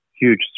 huge